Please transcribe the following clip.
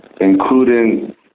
including